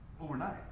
overnight